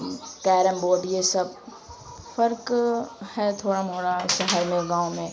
carrom board یہ سب فرق ہے تھوڑا موڑا شہر میں گاؤں میں